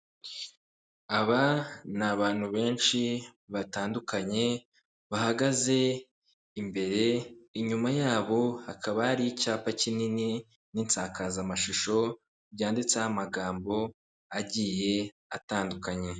Aba ni abantu benshi batandukanye, bahagaze imbere, inyuma yabo hakaba hari icyapa kinini, n'insakazamashusho byanditseho amagambo agiye atandukanye.